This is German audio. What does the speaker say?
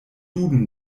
duden